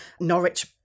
Norwich